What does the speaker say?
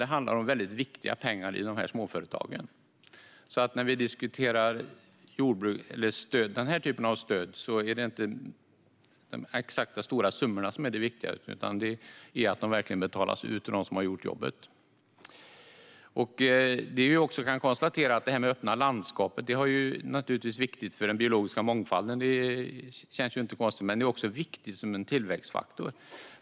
Det handlar inte om så stora pengar, men de är väldigt viktiga för småföretagen. Det är alltså inte de stora summorna som är det viktiga i den här typen av stöd, utan det är att pengarna verkligen betalas ut till dem som har gjort jobbet. Det öppna landskapet är naturligtvis viktigt för den biologiska mångfalden. Det är inte så konstigt. Men det är också viktigt som tillväxtfaktor.